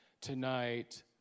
tonight